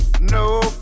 no